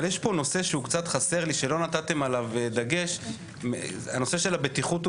אבל יש פה נושא שהוא קצת חסר לי שלא נתתם עליו דגש - הנושא של הבטיחות,